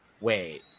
wait